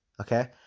Okay